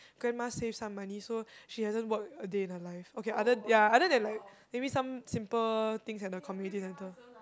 grandma saved some money so she hasn't worked a day in her life okay other ya other than like maybe some simple things at her community centre